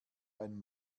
ein